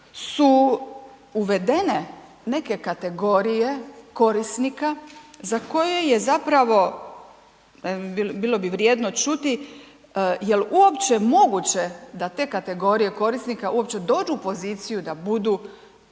su uvedene neke kategorije korisnika za koje je zapravo, bilo bi vrijedno čuti, jel' uopće moguće da te kategorije korisnika uopće dođu u poziciju da budu